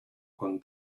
con